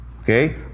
Okay